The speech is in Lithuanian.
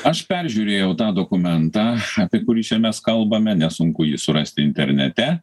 aš peržiūrėjau tą dokumentą apie kurį čia mes kalbame nesunku jį surasti internete